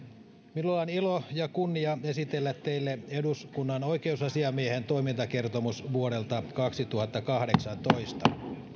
minulla on ilo ja kunnia esitellä teille eduskunnan oikeusasiamiehen toimintakertomus vuodelta kaksituhattakahdeksantoista